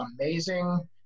amazing